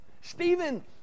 Stephen